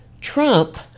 Trump